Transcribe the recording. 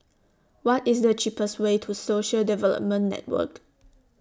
What IS The cheapest Way to Social Development Network